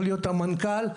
המנכ"ל,